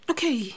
Okay